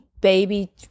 baby